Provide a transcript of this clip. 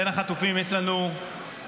בין החטופים יש לנו גברים,